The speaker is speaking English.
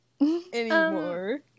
anymore